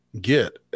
get